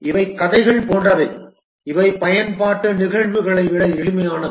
இவை கதைகள் போன்றவை இவை பயன்பாட்டு நிகழ்வுகளை விட எளிமையானவை